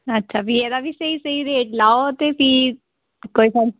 अच्छा भी एह्दा बी स्हेई स्हेई रेट लाओ ते भी तुसें